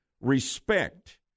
respect